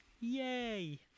Yay